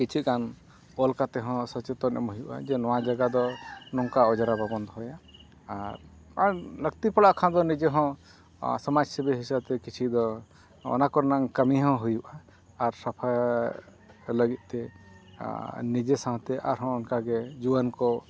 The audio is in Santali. ᱠᱤᱪᱷᱩᱜᱟᱱ ᱚᱞ ᱠᱟᱛᱮᱫ ᱦᱚᱸ ᱥᱚᱪᱮᱛᱚᱱ ᱮᱢ ᱦᱩᱭᱩᱜᱼᱟ ᱡᱮ ᱱᱚᱣᱟ ᱡᱟᱭᱜᱟ ᱫᱚ ᱱᱚᱝᱠᱟ ᱚᱡᱽᱨᱟ ᱵᱟᱵᱚᱱ ᱫᱚᱦᱚᱭᱟ ᱟᱨ ᱟᱨ ᱞᱟᱹᱠᱛᱤ ᱯᱟᱲᱟᱜ ᱠᱷᱟᱱ ᱫᱚ ᱱᱤᱡᱮ ᱦᱚᱸ ᱥᱚᱢᱟᱡᱽ ᱥᱮᱵᱤ ᱦᱤᱥᱟᱹᱵ ᱛᱮ ᱠᱤᱪᱷᱩ ᱫᱚ ᱚᱱᱟ ᱠᱚᱨᱮᱱᱟᱝ ᱠᱟᱹᱢᱤ ᱦᱚᱸ ᱦᱩᱭᱩᱜᱼᱟ ᱟᱨ ᱥᱟᱯᱷᱟ ᱞᱟᱹᱜᱤᱫ ᱛᱮ ᱱᱤᱡᱮ ᱥᱟᱶᱛᱮ ᱟᱨᱦᱚᱸ ᱚᱱᱠᱟᱜᱮ ᱡᱩᱣᱟᱹᱱ ᱠᱚ